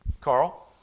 Carl